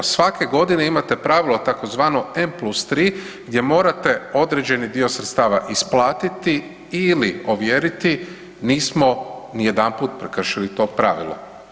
Svake godine imate pravilo tzv. M+3 gdje morate određeni dio sredstava isplatiti ili ovjeriti, nismo nijedanput prekršili to pravilo.